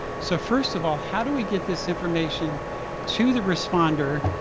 so first of all, how do we get this information to the responder,